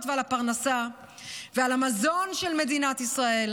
ועל הפרנסה ועל המזון של מדינת ישראל,